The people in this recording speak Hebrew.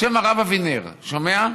בשם הרב אבינר, שומע?